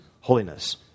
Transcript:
holiness